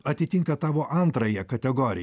atitinka tavo antrąją kategoriją